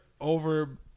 over